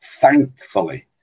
Thankfully